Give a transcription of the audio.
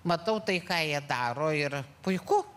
matau tai ką jie daro ir puiku